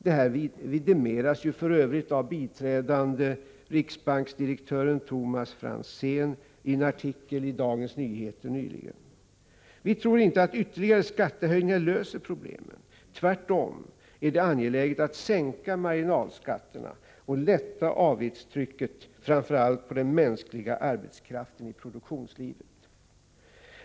Detta vidimeras för övrigt av biträdande riksbanksdirektören Thomas Franzén i en artikel i Dagens Nyheter nyligen. Vi tror inte att ytterligare skattehöjningar löser problemen, tvärtom är det angeläget att sänka marginalskatterna och lätta avgiftstrycket, framför allt på den mänskliga arbetskraften i produktionslivet.